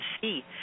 see